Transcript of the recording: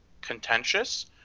contentious